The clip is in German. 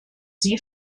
sie